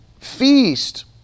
feast